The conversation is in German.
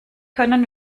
können